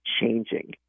changing